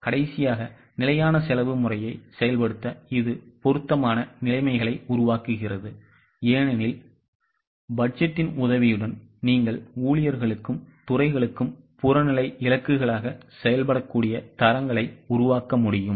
கடைசியாக நிலையான செலவு முறையை செயல்படுத்த இது பொருத்தமான நிலைமைகளை உருவாக்குகிறது ஏனெனில் பட்ஜெட்டின் உதவியுடன் நீங்கள் ஊழியர்களுக்கும் துறைகளுக்கும் புறநிலை இலக்குகளாக செயல்படக்கூடிய தரங்களை உருவாக்க முடியும்